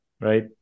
right